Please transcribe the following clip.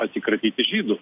atsikratyti žydų